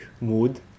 mood